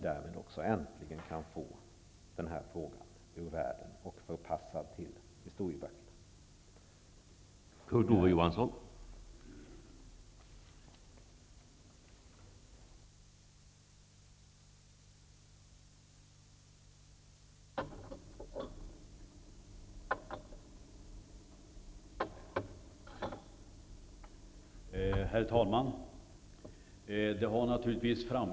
Därmed skulle vi äntligen få den här frågan ur världen och förpassad till historieböckerna.